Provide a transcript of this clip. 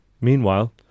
Meanwhile